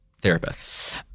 therapist